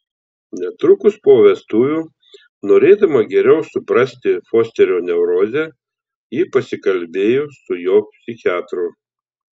netrukus po vestuvių norėdama geriau suprasti fosterio neurozę ji pasikalbėjo su jo psichiatru